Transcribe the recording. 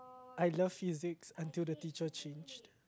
I love Physics until the teacher changed